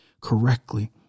correctly